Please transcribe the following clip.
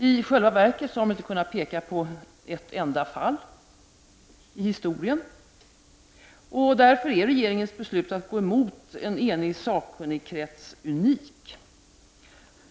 I själva verket har man inte kunnat peka på ett enda sådant fall i historien, och därför är regeringens beslut att gå emot en enig sakkunnigkrets unikt.